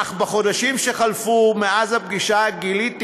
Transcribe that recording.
אך בחודשים שחלפו מאז הפגישה גיליתי